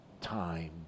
time